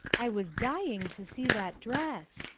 i was dying to see that dress!